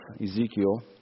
Ezekiel